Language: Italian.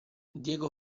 diego